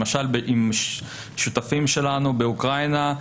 למשל עם שותפים שלנו באוקראינה,